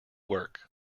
work